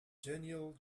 genial